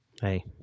Hey